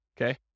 okay